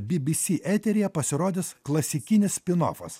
bi bi si eteryje pasirodys klasikinis spinofas